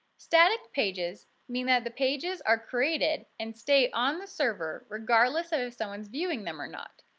static pages mean that the pages are created and stay on the server regardless of if someone is viewing them or not.